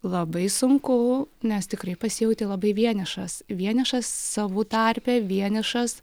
labai sunku nes tikrai pasijauti labai vienišas vienišas savų tarpe vienišas